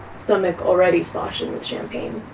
stomach already sloshing with champagne.